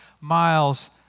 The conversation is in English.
miles